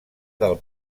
del